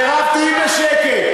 מירב, תהיי בשקט.